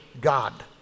God